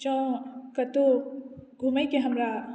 जँ कतौ घूमैके हमरा